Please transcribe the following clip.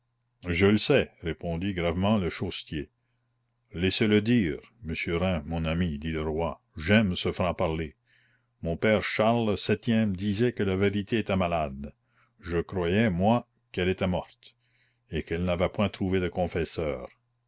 je le sais répondit gravement le chaussetier laissez-le dire monsieur rym mon ami dit le roi j'aime ce franc-parler mon père charles septième disait que la vérité était malade je croyais moi qu'elle était morte et qu'elle n'avait point trouvé de confesseur